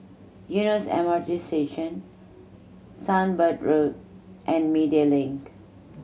Eunos M R T Station Sunbird Road and Media Link